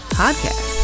podcast